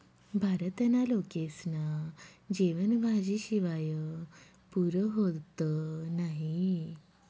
भारतना लोकेस्ना जेवन भाजी शिवाय पुरं व्हतं नही